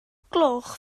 gloch